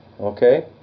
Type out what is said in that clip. Okay